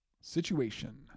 situation